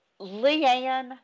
Leanne